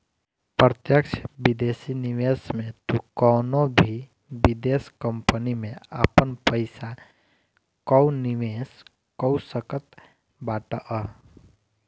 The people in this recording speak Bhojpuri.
प्रत्यक्ष विदेशी निवेश में तू कवनो भी विदेश कंपनी में आपन पईसा कअ निवेश कअ सकत बाटअ